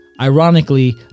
Ironically